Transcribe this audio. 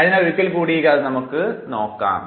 ആയതിനാൽ ഒരിക്കൽ കൂടി ഈ കഥ നമുക്ക് നോക്കാം